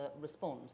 respond